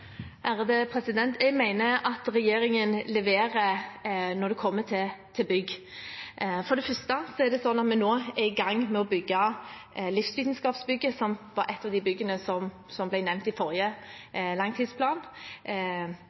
Jeg mener at regjeringen leverer når det kommer til bygg. For det første er det slik at vi nå er i gang med å bygge Livsvitenskapsbygget, samt et av de byggene som ble nevnt i forrige langtidsplan.